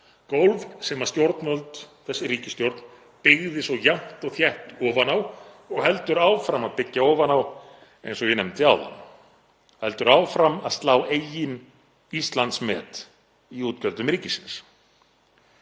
gólf sem þessi ríkisstjórn byggði svo jafnt og þétt ofan á og heldur áfram að byggja ofan á, eins og ég nefndi áðan, og heldur áfram að slá eigin Íslandsmet í útgjöldum ríkisins.